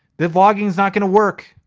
the vlogging is not gonna work.